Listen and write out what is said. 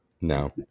No